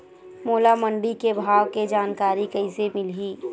मोला मंडी के भाव के जानकारी कइसे मिलही?